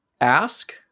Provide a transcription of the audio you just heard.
ask